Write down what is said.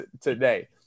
today